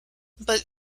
but